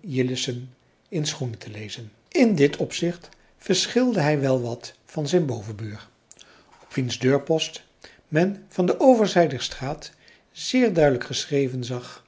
jillessen in schoenen te lezen in dit opzicht verschilde hij wel wat van zijn bovenbuur op wiens deurpost men van de overzij der straat zeer duidelijk geschreven zag